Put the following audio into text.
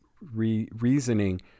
reasoning